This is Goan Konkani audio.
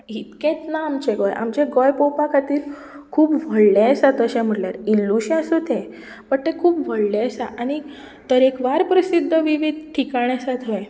इतकेंच ना आमचें गोंय आमचें गोंय पळोवपा खातीर खूब व्हडलें आसा तशें म्हणल्यार इल्लेंशें आसूं तें बट तें खूब व्हडलें आसा आनी तरेकवार प्रसिध्द विविध ठिकाण आसात थंय